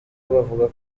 buvuga